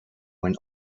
when